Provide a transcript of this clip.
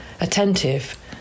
attentive